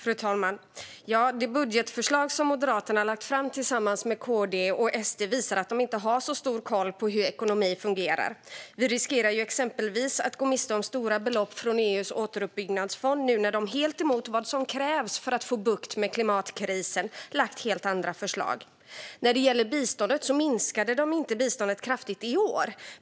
Fru talman! Det budgetförslag som Moderaterna har lagt fram tillsammans med KD och SD visar att de inte har så stor koll på hur ekonomi fungerar. Vi riskerar ju exempelvis att gå miste om stora belopp från EU:s återuppbyggnadsfond nu när de helt emot vad som krävs för att få bukt med klimatkrisen har lagt fram helt andra förslag. De minskade inte biståndet kraftigt i år.